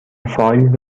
فایل